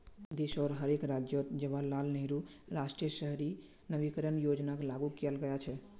देशोंर हर एक राज्यअत जवाहरलाल नेहरू राष्ट्रीय शहरी नवीकरण योजनाक लागू कियाल गया छ